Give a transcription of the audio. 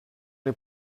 les